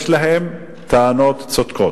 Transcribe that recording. יש להם טענות צודקות.